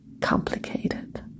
complicated